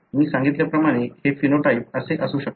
मी सांगितल्याप्रमाणे हे फेनोटाइप असे असू शकतात